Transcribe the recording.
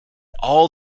all